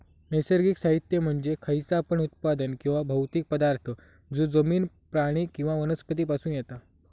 नैसर्गिक साहित्य म्हणजे खयचा पण उत्पादन किंवा भौतिक पदार्थ जो जमिन, प्राणी किंवा वनस्पती पासून येता